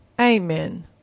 Amen